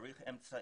צריך אמצעים.